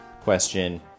question